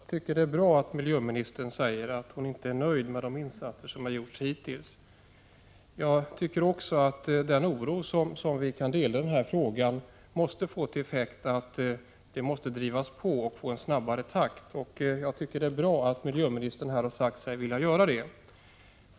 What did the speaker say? Herr talman! Det är bra att miljöministern säger att hon inte är nöjd med de insatser som har gjorts hittills. Den oro som vi kan dela i den här frågan måste få till effekt att arbetet påskyndas och genomförs i en snabbare takt. Det är bra att miljöministern här har sagt sig vilja medverka till det.